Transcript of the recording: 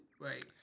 right